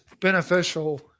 beneficial